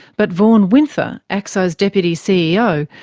but vaughan winther, acso's deputy ceo,